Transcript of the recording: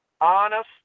honest